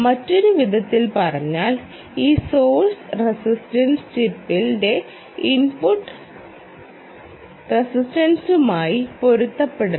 മറ്റൊരു വിധത്തിൽ പറഞ്ഞാൽ ഈ സോഴ്സ് റസിസ്റ്റൻസ് ചിപ്പിന്റെ ഇൻപുട്ട് റസിസ്റ്റൻസുമായി പൊരുത്തപ്പെടണം